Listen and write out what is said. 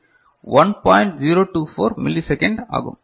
024 millisecond ஆகும்